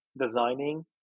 designing